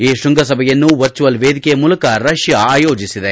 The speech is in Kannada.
ಈ ಶೃಂಗಸಭೆಯನ್ನು ವರ್ಚುವಲ್ ವೇದಿಕೆ ಮೂಲಕ ರಷ್ಯಾ ಆಯೋಜಿಸಿದೆ